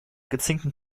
gezinkten